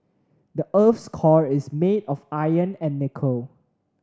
the earth's core is made of iron and nickel